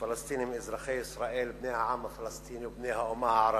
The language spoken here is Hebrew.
פלסטינים אזרחי ישראל בני העם הפלסטיני ובני האומה הערבית,